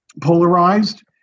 polarized